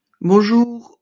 Bonjour